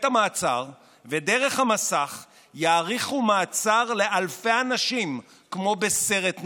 ודרך המסך יאריכו מעצר לאלפי אנשים כמו בסרט נע.